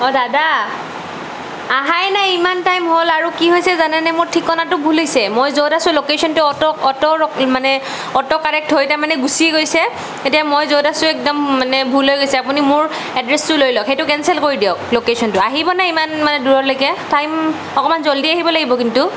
অঁ দাদা অহাই নাই ইমান টাইম হ'ল আৰু কি হৈছে জানেনে মোৰ ঠিকনাটো ভুল হৈছে মই য'ত আছোঁ লোকেচনটো অট' অট' মানে অট'কাৰেক্ট হৈ তাৰ মানে গুছি গৈছে এতিয়া মই য'ত আছোঁ একদম মানে ভুল হৈ গৈছে আপুনি মোৰ এড্ৰেছটো লৈ লওক সেইটো কেঞ্চেল কৰি দিয়ক লোকেচনটো আহিবনে ইমান মানে দূৰলৈকে টাইম অকণমান জল্ডি আহিব লাগিব কিন্তু